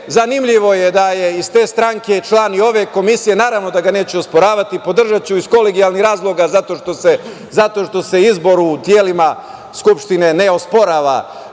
zanimljivo je da je iz te stranke član i ove komisije, naravno da ga neću osporavati, podržaću iz kolegijalnih razloga zato što se izbor u telima Skupštine ne osporava,